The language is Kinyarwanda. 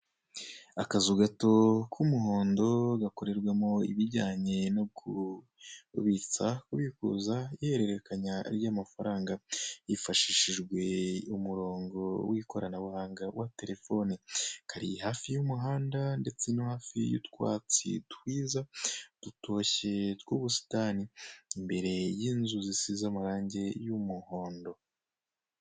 Akazu gato k'umuhondo gakorerwamo ibijyanye no kubitsa, kubikuza, ihererekanya ry'amafaranga, hifashishijwe umurongo w'ikoranabuhanga wa telefoni. Kari hafi y'umuhanda ndetse no hafi y'utwatsi twiza dutoshye tw'ubusitani, imbere y'inzu zisize amarangi y'umuhondo.